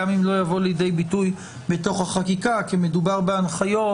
גם אם לא יבוא לידי ביטוי בתוך החקיקה כי מדובר בהנחיות,